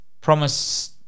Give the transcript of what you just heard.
promise